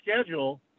schedule –